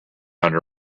under